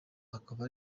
akaba